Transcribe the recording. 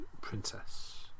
princess